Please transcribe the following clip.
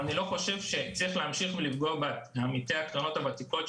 אני לא חושב שצריך להמשיך ולפגוע בעמיתי הקרנות הוותיקות,